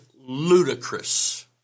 ludicrous